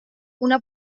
una